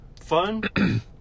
fun